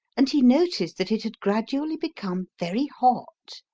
and he noticed that it had gradually become very hot.